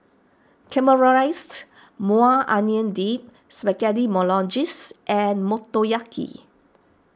Caramelized Maui Onion Dip Spaghetti Bolognese and Motoyaki